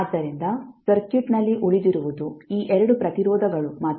ಆದ್ದರಿಂದ ಸರ್ಕ್ಯೂಟ್ನಲ್ಲಿ ಉಳಿದಿರುವುದು ಈ 2 ಪ್ರತಿರೋಧಗಳು ಮಾತ್ರ